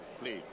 please